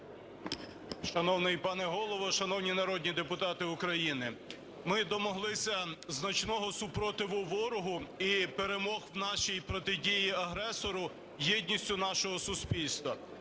Шановний пане Голово! Шановні народні депутати України! Ми домоглися значного супротиву ворогу і перемог в нашій протидії агресору єдністю нашого суспільства.